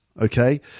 Okay